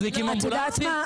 מזניקים אמבולנסים,